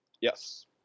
Yes